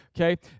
okay